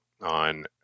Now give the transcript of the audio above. on